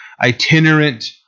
itinerant